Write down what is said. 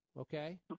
okay